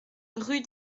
rue